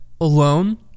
alone